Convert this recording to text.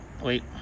wait